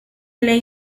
ley